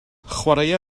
chwaraea